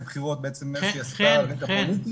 שעסקה על רקע פוליטי.